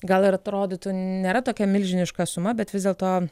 gal ir atrodytų nėra tokia milžiniška suma bet vis dėlto